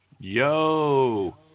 Yo